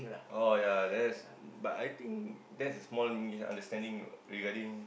oh yea that's but I think that's a small misunderstanding regarding